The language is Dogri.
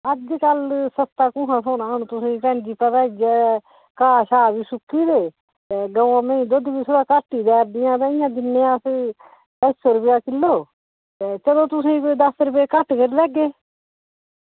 अज्जकल सस्ता कुहां थ्होना हू'न तुसें भैन जी पता ही ऐ घा शा बी सुक्की दे ते गौ मेई दुध्द बी थोह्ड़ा घट्ट ही दै दियां ते इ'य्यां दिन्ने अस ढाई सौ रपेया किल्लो ते चलो तुसें कोई दस रपे घट करी लैगे